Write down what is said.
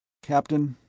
captain,